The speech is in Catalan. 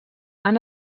han